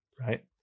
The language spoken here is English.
right